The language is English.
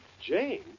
Jane